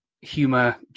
humor